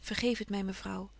vergeef het my mevrouw